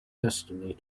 destiny